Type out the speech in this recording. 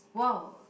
wow